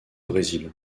brésil